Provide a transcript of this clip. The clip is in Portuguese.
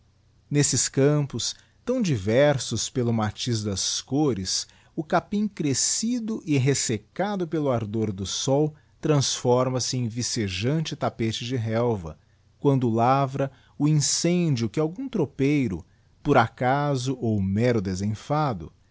nesses campos tão diversos pelo matiz das cores o capim crescido e resiccado pelo ardor do sol transforma-se em vicejante tapete de relva quando lavra o incêndio que algum tropeiro por acaso ou mero desenfado